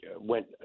went